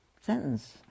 sentence